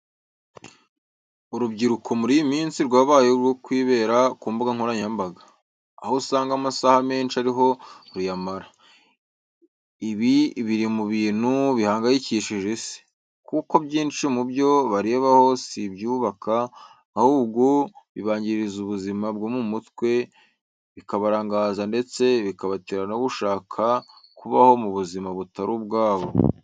Urubyiruko muri iyi minsi rwabaye urwo kwibera ku mbuga nkoranyambaga, aho usanga amasaha menshi ariho ruyamara. Ibi biri mu bintu bihangayikishije isi, kuko byinshi mu byo barebaho si ibyubaka, ahubwo bibangiriza ubuzima bwo mu mutwe, bikabarangaza ndetse bikabatera no gushaka kubaho mu buzima butari ubwabo.